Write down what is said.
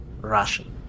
Russian